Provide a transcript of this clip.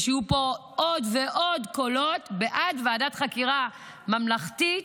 שיהיו פה עוד ועוד קולות בעד ועדת חקירה ממלכתית,